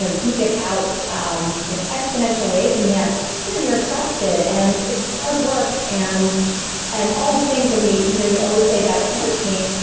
ah you get out um in exponential ways. and yes, you know you're exhausted and it's hard work and and all the things that you know you always say about parenting.